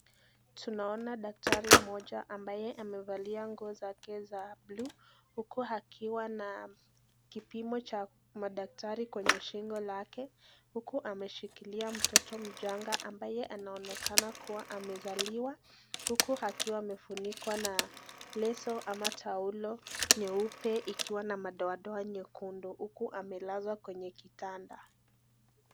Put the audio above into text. Tunaona daktari mmoja ambaye amevalia nguo zake za (cs) blue(cs), uku akiwa na kipimo cha madaktari kwenye shingo lake, uku ameshikilia mtoto mchanga ambaye anaonekana kuwa amezaliwa, uku akiwa amefunikwa na leso ama taulo nyeupe ikiwa na madoa doa nyekundu uku amelazwa kwenye kitanda.